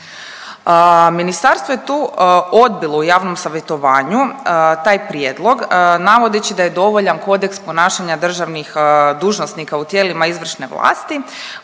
Ministarstvo je tu odbilo u javnom savjetovanju taj prijedlog navodeći da je dovoljan kodeks ponašanja državnih dužnosnika u tijelima izvršne vlasti